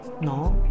No